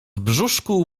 brzuszku